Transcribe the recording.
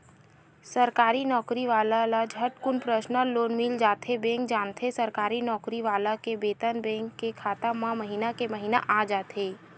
सरकारी नउकरी वाला ल झटकुन परसनल लोन मिल जाथे बेंक जानथे सरकारी नउकरी वाला के बेतन बेंक के खाता म महिना के महिना आ जाथे